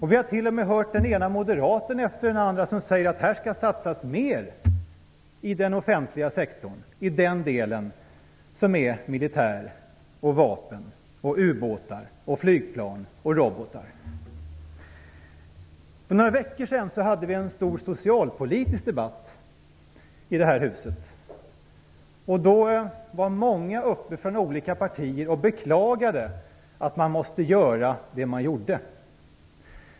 Vi har t.o.m. hört den ena moderaten efter den andra säga att det skall satsas mer i den offentliga sektorn, i den militära delen, den som handlar om vapen, ubåtar, flygplan och robotar. För några veckor sedan hade vi en stor socialpolitisk debatt i det här huset. Då beklagade många från olika partier att man måste göra det man gjorde.